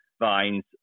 vines